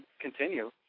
continue